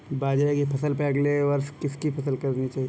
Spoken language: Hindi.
बाजरे की फसल पर अगले वर्ष किसकी फसल करनी चाहिए?